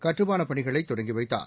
கட்டுமானப் பணிகளை தொடங்கி வைத்தார்